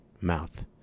mouth